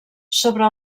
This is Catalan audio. sobre